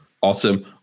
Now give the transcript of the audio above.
awesome